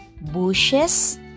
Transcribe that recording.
bushes